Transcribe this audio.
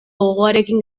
gogoarekin